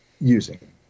using